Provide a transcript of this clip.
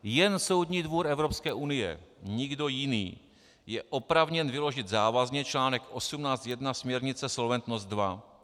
Jen Soudní dvůr Evropské unie, nikdo jiný, je oprávněn vyložit závazně článek 18 odst. 1 směrnice Solventnost II.